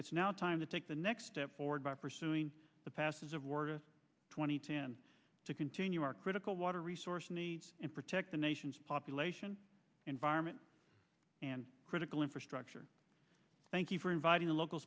it's now time to take the next step forward by pursuing the passes of war to two thousand and ten to continue our critical water resource needs and protect the nation's population environment and critical infrastructure thank you for inviting the local